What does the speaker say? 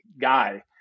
guy